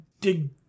dig